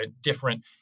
different